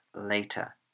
later